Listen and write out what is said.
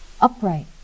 Upright